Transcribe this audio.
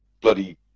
bloody